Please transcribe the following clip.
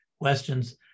questions